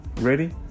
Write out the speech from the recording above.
ready